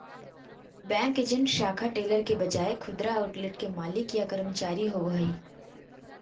bank agent शाखा teller के बजाय खुदरा आउटलेट के मालिक या कर्मचारी होवो हइ